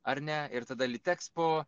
ar ne ir tada litekspo